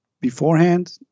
beforehand